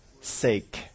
sake